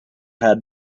had